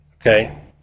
Okay